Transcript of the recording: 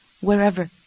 wherever